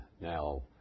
now